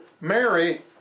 Mary